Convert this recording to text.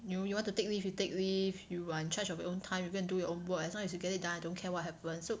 you you want to take leave you take leave you are in charge of your own time you go and do your work as long as you get it done I don't care what happened so